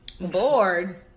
Bored